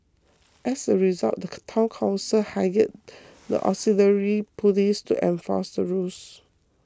as a result the Town Council hired the auxiliary police to enforce the rules